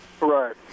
Right